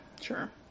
sure